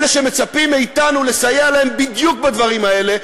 אלה שמצפים מאתנו לסייע להם בדיוק בדברים האלה,